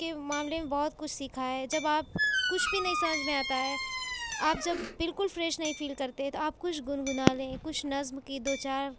کے معاملہ میں بہت کچھ سیکھا ہے جب آپ کچھ بھی نہیں سمجھ میں آتا ہے آپ جب بالکل فریش نہیں فیل کرتے تو آپ کچھ گنگنا لیں کچھ نظم کی دو چار